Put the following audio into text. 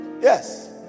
Yes